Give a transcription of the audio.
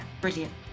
brilliant